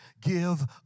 give